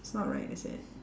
it's not right is it